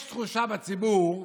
יש תחושה בציבור,